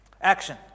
Action